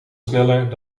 sneller